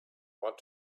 want